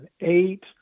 eight